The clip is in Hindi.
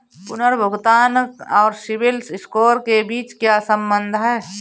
पुनर्भुगतान और सिबिल स्कोर के बीच क्या संबंध है?